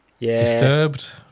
Disturbed